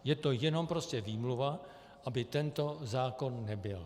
Je to jenom prostě výmluva, aby tento zákon nebyl.